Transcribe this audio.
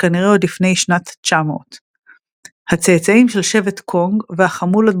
וכנראה עוד לפני שנת 900. הצאצאים של שבט קונג והחמולות